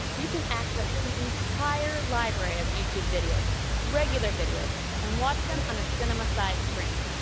you can access the entire library of youtube videos regular videos and watch them on a cinema-sized screen.